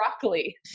broccoli